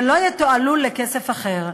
ולא יתועלו לכסף אחר.